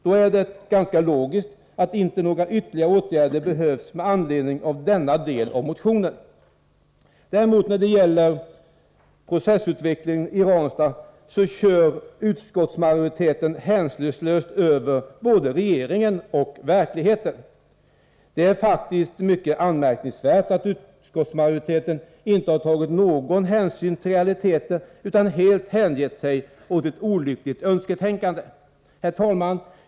Det är då ganska logiskt att inte några ytterligare åtgärder behövs med anledning av vad som sägs i denna del av motionen. När det gäller processutvecklingen i Ranstad kör däremot utskottsmajoriteten hänsynslöst över både regeringen och verkligheten. Det är faktiskt mycket anmärkningsvärt att utskottsmajoriteten inte har tagit någon hänsyn till realiteter. Man har helt hängett sig åt ett olyckligt önsketänkande. Herr talman!